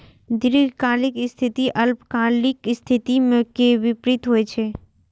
दीर्घकालिक स्थिति अल्पकालिक स्थिति के विपरीत होइ छै